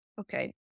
Okay